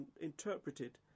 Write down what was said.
interpreted